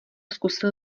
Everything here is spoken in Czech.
zkusil